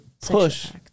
push